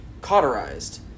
cauterized